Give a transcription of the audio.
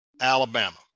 alabama